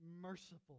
merciful